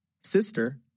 sister